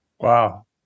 Wow